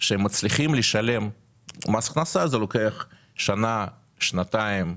שהם מצליחים לשלם מס הכנסה, זה לוקח שנה, שנתיים,